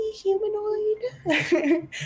humanoid